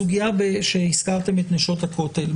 הזכרתם את נשות הכותל,